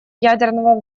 ядерного